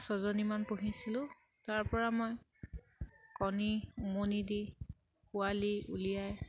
ছজনীমান পুহিছিলোঁ তাৰ পৰা মই কণী উমনি দি পোৱালি উলিয়াই